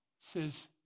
says